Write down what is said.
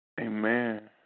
Amen